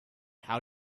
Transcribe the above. how